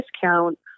discount